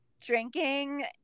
Drinking